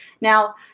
Now